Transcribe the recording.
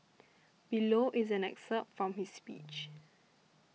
below is an excerpt from his speech